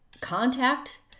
contact